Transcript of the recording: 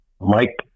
Mike